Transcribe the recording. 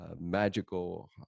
magical